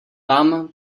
tam